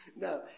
no